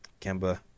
Kemba